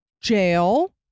Jail